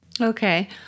Okay